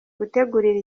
gutegurira